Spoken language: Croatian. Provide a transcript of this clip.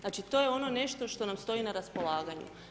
Znači, to je ono nešto što nam stoji na raspolaganju.